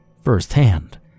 firsthand